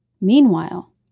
Meanwhile